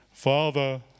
Father